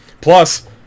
Plus